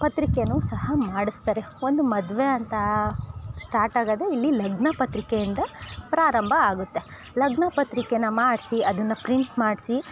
ಪತ್ರಿಕೆ ಸಹ ಮಾಡಿಸ್ತಾರೆ ಒಂದು ಮದುವೆ ಅಂತ ಸ್ಟಾರ್ಟ್ ಆಗೋದೆ ಇಲ್ಲಿ ಲಗ್ನಪತ್ರಿಕೆಯಿಂದ ಪ್ರಾರಂಭ ಆಗುತ್ತೆ ಲಗ್ನಪತ್ರಿಕೆಯನ್ನು ಮಾಡಿಸಿ ಅದನ್ನ ಪ್ರಿಂಟ್ ಮಾಡಿಸಿ